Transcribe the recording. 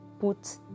put